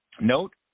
note